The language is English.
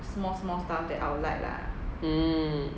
mm